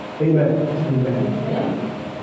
Amen